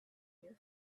here